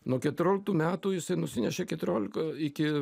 nuo keturioliktų metų jisai nusinešė keturiolika iki